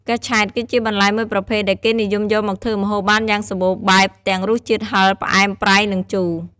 កញ្ឆែត គឺជាបន្លែមួយប្រភេទដែលគេនិយមយកមកធ្វើម្ហូបបានយ៉ាងសម្បូរបែប ទាំងរសជាតិហឹរ ផ្អែម ប្រៃ និងជូរ។